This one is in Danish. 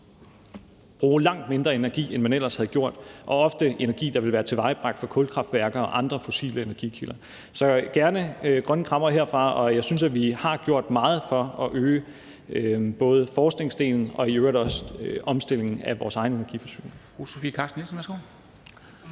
bruge langt mindre energi, end man ellers havde gjort. Og ofte er det energi, der ville være tilvejebragt fra kulkraftværker og andre fossile energikilder. Så der kommer gerne grønne krammere herfra, og jeg synes, at vi har gjort meget for at øge forskningsdelen og i øvrigt også omstillingen af vores egen energiforsyning.